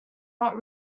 not